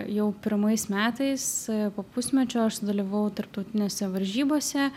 jau pirmais metais po pusmečio aš sudalyvavau tarptautinėse varžybose